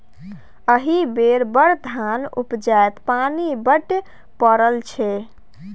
एहि बेर बड़ धान उपजतै पानि बड्ड पड़ल छै